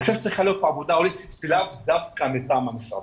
אני חושב שצריכה להיות עבודה הוליסטית דווקא מטעם המשרדים.